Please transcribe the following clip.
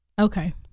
Okay